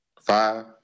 Five